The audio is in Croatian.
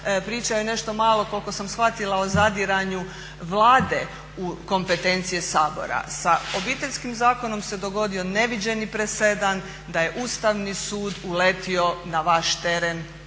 Pričao je nešto malo koliko sam shvatila o zadiranju Vlade u kompetencije Sabora. Sa Obiteljskim zakonom se dogodio neviđeni presedan da je Ustavni sud uletio na vaš teren